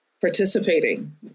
participating